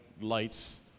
lights